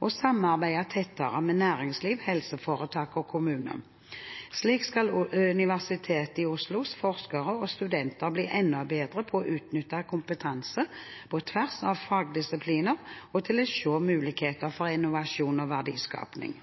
og samarbeide tettere med næringsliv, helseforetak og kommune. Slik skal Universitet i Oslos forskere og studenter bli enda bedre på å utnytte kompetanse på tvers av fagdisipliner og til å se mulighetene for innovasjon og